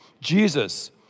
Jesus